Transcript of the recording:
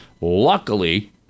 Luckily